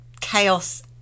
chaos